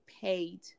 paid